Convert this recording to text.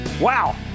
Wow